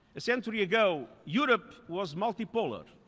a century ago, europe was multipolar.